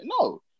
no